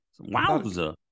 Wowza